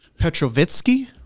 Petrovitsky